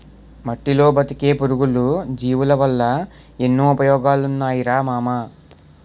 మట్టిలో బతికే పురుగులు, జీవులవల్ల ఎన్నో ఉపయోగాలున్నాయిరా మామా